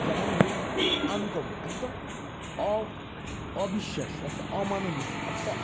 যেমন ধরুন একদম আনকমন একদম অবিশ্বাস্য একটা অমানবিক একটা